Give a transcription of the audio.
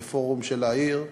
בפורום של העיר,